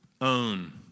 own